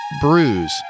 bruise